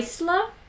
Isla